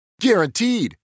Guaranteed